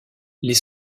les